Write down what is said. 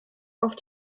auf